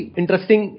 interesting